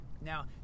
now